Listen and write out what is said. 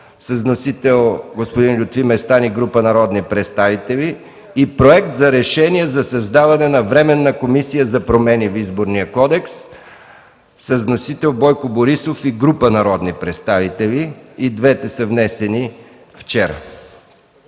Вносители са Лютви Местан и група народни представители. Проект за решение за създаване на Временна комисия за промени в Изборния кодекс. Вносители са Бойко Борисов и група народни представители. И двата проекта са внесени вчера.